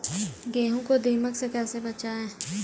गेहूँ को दीमक से कैसे बचाएँ?